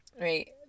right